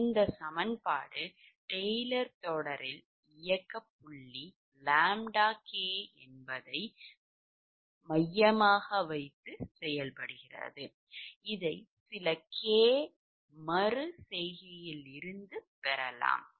இந்த சமன்பாடு டெய்லர் தொடரில் இயக்க புள்ளி ʎ k யாகும் இதை சில k மறு செய்கையில் இருந்து பெறலாம்